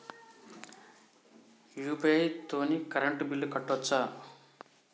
UPI తోని current bill కట్టుకోవచ్ఛా?